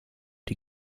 die